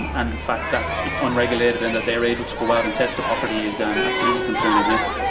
and and the fact that it's unregulated and that they're able to go out and test a property is um absolutely concerning, yes.